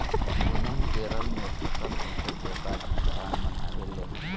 ओनम केरल में फसल होखे के बाद किसान मनावेले